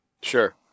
sure